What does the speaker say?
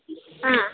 ಹಾಂ